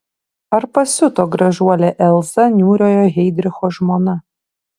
ar pasiuto gražuolė elza niūriojo heidricho žmona